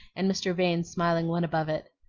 and mr. vane's smiling one above it.